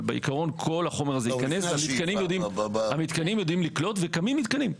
אבל בעיקרון כל החומר הזה ייכנס והמתקנים יודעים לקלוט וקמים מתקנים,